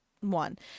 one